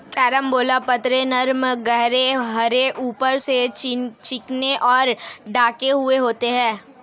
carambola पत्ते नरम गहरे हरे ऊपर से चिकने और ढके हुए होते हैं